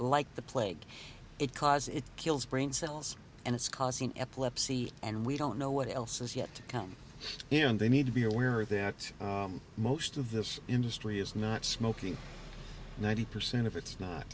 like the plague it cause it kills brain cells and it's causing epilepsy and we don't know what else is yet to come and they need to be aware that most of this industry is not smoking ninety percent of it's not